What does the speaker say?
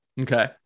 Okay